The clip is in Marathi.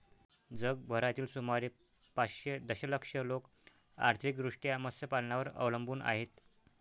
जगभरातील सुमारे पाचशे दशलक्ष लोक आर्थिकदृष्ट्या मत्स्यपालनावर अवलंबून आहेत